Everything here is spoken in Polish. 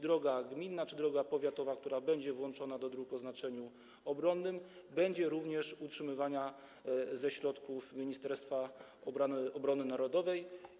Droga gminna czy droga powiatowa, która będzie włączona do dróg o znaczeniu obronnym, będzie również utrzymywana ze środków Ministerstwa Obrony Narodowej.